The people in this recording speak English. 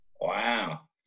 Wow